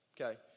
Okay